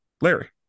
Larry